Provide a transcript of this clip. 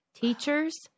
teachers